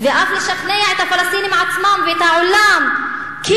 ואף לשכנע את הפלסטינים עצמם ואת העולם כי